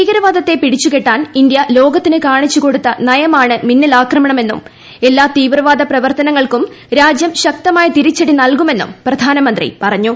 ഭീകരവാദത്തെ പിടിച്ചുകെട്ടാൻ ഇന്ത്യ ലോകത്തിന് കാണിച്ച് കൊടുത്ത നയമാണ് മിന്നലാക്രമണമെന്നും എല്ലാ തീവ്രവാദ പ്രവർത്തനങ്ങൾക്കും രാജ്യം ശക്തമായ തിരിച്ചടി നൽകുമെന്നും പ്രധാനമന്ത്രി പറഞ്ഞു